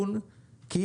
חברת-בת?